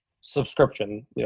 subscription